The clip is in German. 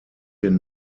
den